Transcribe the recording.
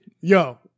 Yo